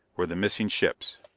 were the missing ships!